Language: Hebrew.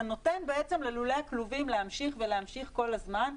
אתה נותן בעצם ללולי הכלובים להמשיך ולהמשיך כל הזמן .